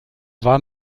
war